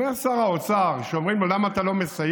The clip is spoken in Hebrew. אומר שר האוצר, כשאומרים לו: למה אתה לא מסייע?